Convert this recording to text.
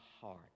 heart